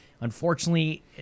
Unfortunately